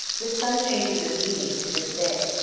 with some changes of meaning, to this day.